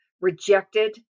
rejected